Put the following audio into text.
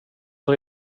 för